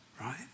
right